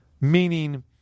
meaning